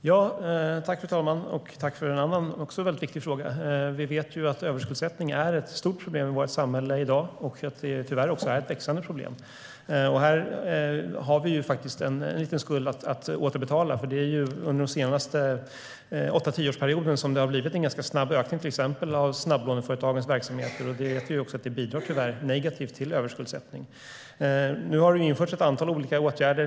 Fru talman! Tack för ytterligare en väldigt viktig fråga! Vi vet att överskuldsättning är ett stort problem i vårt samhälle i dag, och att det tyvärr också är ett växande problem. Här har vi en liten skuld att återbetala, för det är under de senaste åtta tio åren som det har blivit en ganska snabb ökning till exempel av snabblåneföretagens verksamhet, och det bidrar ju tyvärr negativt till överskuldsättning. Nu har det införts ett antal olika åtgärder.